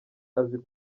azi